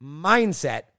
mindset